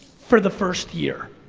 for the first year.